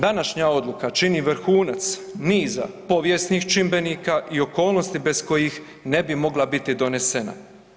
Današnja odluka čini vrhunac niza povijesnih čimbenika i okolnosti bez kojih ne bi mogla biti donesena.